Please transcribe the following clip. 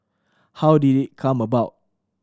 how did it come about